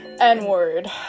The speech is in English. n-word